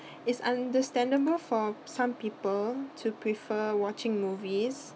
it's understandable for some people to prefer watching movies